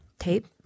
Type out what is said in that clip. tape